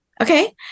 okay